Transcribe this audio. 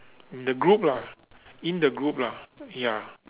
in the group lah in the group lah ya